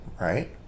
right